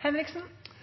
Kari Henriksen